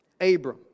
Abram